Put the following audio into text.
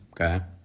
Okay